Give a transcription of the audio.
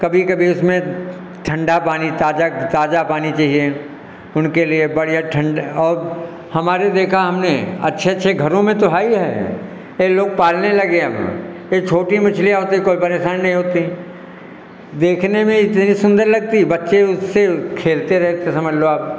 कभी कभी उसमें ठंडा पानी ताजा ताजा पानी चाहिए उनके लिए बढ़िया ठंडा और हमारी देखा हमने अच्छे अच्छे घरों में तो है ही है यह लोग पालने लगे यहाँ यह छोटी मछलियाँ होती हैं कोई परेशानी नहीं होती देखने में इतनी सुन्दर लगती बच्चे उससे वह खेलते रहते समझ लो आप